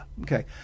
Okay